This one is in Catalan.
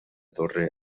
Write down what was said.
torre